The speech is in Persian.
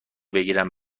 بگیرم